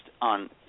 on